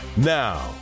Now